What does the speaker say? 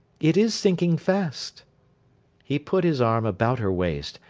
it is sinking fast he put his arm about her waist,